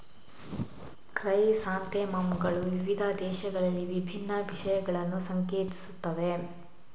chrysanthemum ಗಳು ವಿವಿಧ ದೇಶಗಳಲ್ಲಿ ವಿಭಿನ್ನ ವಿಷಯಗಳನ್ನು ಸಂಕೇತಿಸುತ್ತವೆ